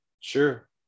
Sure